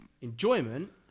Enjoyment